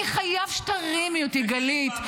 אני חייב שתרימי אותי, גלית.